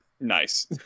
Nice